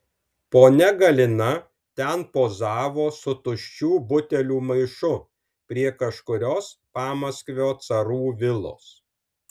ponia galina ten pozavo su tuščių butelių maišu prie kažkurios pamaskvio carų vilos